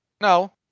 No